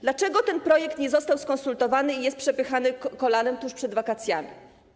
Dlaczego ten projekt nie został skonsultowany i jest przepychany kolanem tuż przed wakacjami?